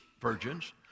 virgins